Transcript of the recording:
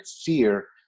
fear